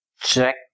Check